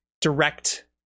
direct